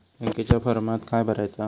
बँकेच्या फारमात काय भरायचा?